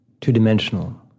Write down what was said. two-dimensional